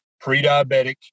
pre-diabetic